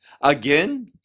Again